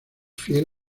fiel